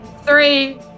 Three